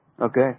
Okay